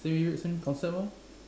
same you same concept orh